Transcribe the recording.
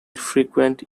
frequent